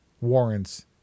warrants